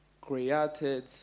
created